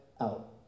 out